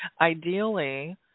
ideally